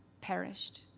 perished